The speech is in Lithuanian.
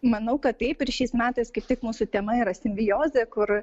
manau kad taip ir šiais metais kaip tik mūsų tema yra simbiozė kur